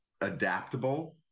adaptable